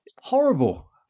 Horrible